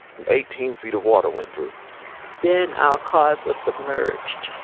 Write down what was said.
and eighteen feet of water went through then, our cars were submerged.